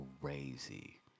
crazy